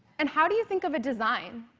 and how do you think of a design?